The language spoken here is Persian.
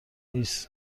هیس